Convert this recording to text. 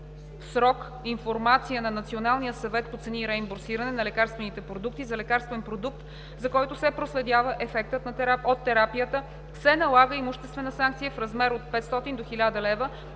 срок информация на Националния съвет по цени и реимбурсиране на лекарствените продукти за лекарствен продукт, за който се проследява ефектът от терапията, се налага имуществена санкция в размер от 500 до 1000 лв.,